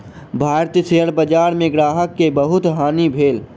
भारतीय शेयर बजार में ग्राहक के बहुत हानि भेल